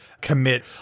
commit